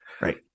Right